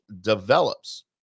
develops